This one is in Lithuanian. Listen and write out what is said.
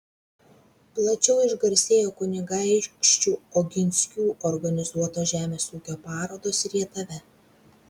plačiau išgarsėjo kunigaikščių oginskių organizuotos žemės ūkio parodos rietave